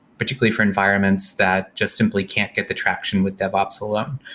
particularly for environments that just simply can't get the traction with devops alone.